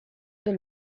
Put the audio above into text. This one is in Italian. del